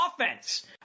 offense